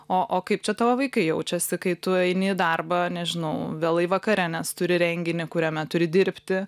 o o kaip čia tavo vaikai jaučiasi kai tu eini į darbą nežinau vėlai vakare nes turi renginį kuriame turi dirbti